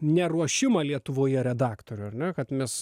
neruošimą lietuvoje redaktorių ar ne kad mes